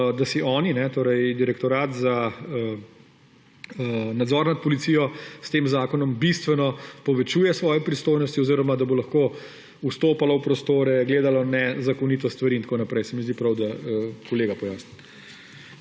da si direktorat za nadzor nad policijo s tem zakonom bistveno povečuje svoje pristojnosti oziroma da bodo lahko vstopali v prostore, gledali nezakonito stvari in tako naprej. Zdi se mi prav, da kolega pojasni.